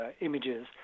images